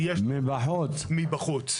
מבחוץ.